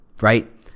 right